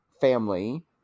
family